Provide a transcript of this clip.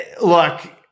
look